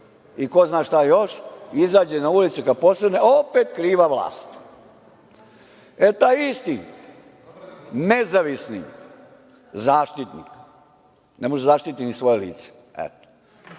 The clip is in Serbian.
i ko zna šta još, izađe na ulicu i kad posrne, opet kriva vlast.E, taj isti nezavisni zaštitnik ne može da zaštiti ni svoje lice. Taj